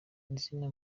izina